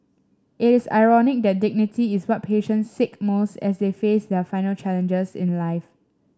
it is ironic that dignity is what patients seek most as they face their final challenges in life